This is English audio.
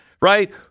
Right